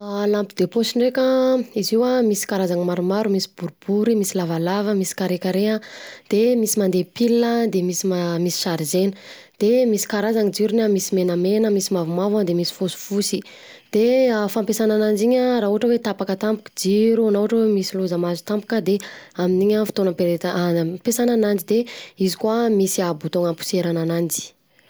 Lampe de poche ndreka an, Izy io misy an, misy karaznay maromaro, misy boribory, misy lavalava misy karekare an, de misy mandeha pile, de misy ma- chargena, de misy karazany jirony an, misy menamena misy mavomavo misy fosifosy, de fampiasana ananjy iny an ,raha ohatra hoe tapaka tampoka jiro, na ohatra hoe misy loza mahazo tampoka de amin'iny an fotoana ampiretan- ampiasana ananjy, de izy koa misy bouton hamposerana ananjy.